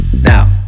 Now